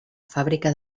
fàbrica